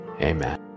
Amen